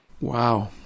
Wow